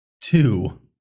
Two